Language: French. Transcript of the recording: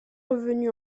revenu